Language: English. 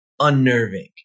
unnerving